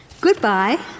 Goodbye